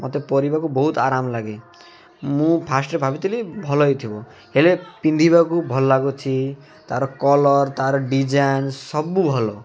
ମୋତେ ବହୁତ ଆରାମ ଲାଗେ ମୁଁ ଫାଷ୍ଟରେ ଭାବିଥିଲି ଭଲ ହେଇଥିବ ହେଲେ ପିନ୍ଧିବାକୁ ଭଲ ଲାଗୁଛି ତା'ର କଲର୍ ତା'ର ଡିଜାଇନ୍ ସବୁ ଭଲ